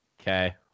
Okay